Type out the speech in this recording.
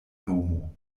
nomo